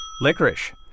Licorice